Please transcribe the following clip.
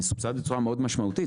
הוא מסובסד בצורה מאוד משמעותית.